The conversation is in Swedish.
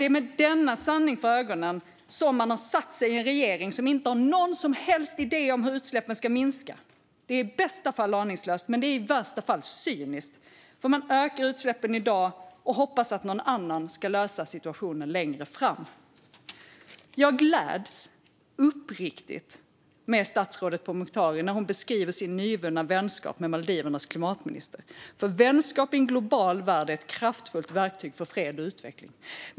Det är med denna sanning för ögonen som man har satt sig i en regering som inte har någon som helst idé om hur utsläppen ska minska. Det är i bästa fall aningslöst och i värsta fall cyniskt - man ökar utsläppen i dag och hoppas att någon annan ska lösa situationen längre fram. Jag gläds uppriktigt med statsrådet Pourmokhtari när hon beskriver sin nyvunna vänskap med Maldivernas klimatminister, för vänskap i en global värld är ett kraftfullt verktyg för fred och utveckling.